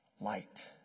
light